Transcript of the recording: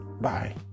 bye